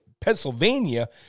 Pennsylvania